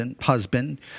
husband